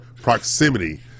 proximity